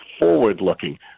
forward-looking